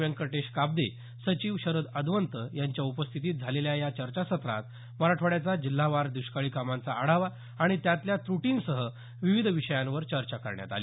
व्यंकटेश काब्दे सचिव शरद अदवंत यांच्या उपस्थितीत झालेल्या या चर्चासत्रात मराठवाड्याचा जिल्हावार दृष्काळी कामांचा आढावा आणि त्यातल्या त्र्टींसह विविध विषयांवर चर्चा करण्यात आली